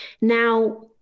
Now